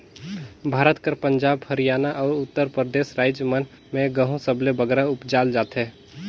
भारत कर पंजाब, हरयाना, अउ उत्तर परदेस राएज मन में गहूँ सबले बगरा उपजाल जाथे